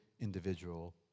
individual